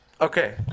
Okay